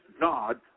God